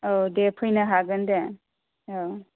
औ दे फैनो हागोन दे औ